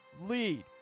lead